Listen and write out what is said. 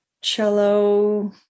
Cello